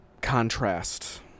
contrast